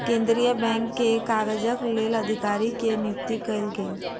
केंद्रीय बैंक के काजक लेल अधिकारी के नियुक्ति कयल गेल